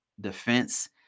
Defense